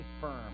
firm